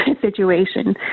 situation